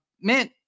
Man